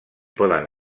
poden